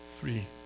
three